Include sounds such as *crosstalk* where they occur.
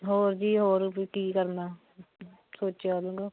ਹੋਰ ਜੀ ਹੋਰ ਵੀ ਕੀ ਕਰਨਾ ਸੋਚਿਆ *unintelligible*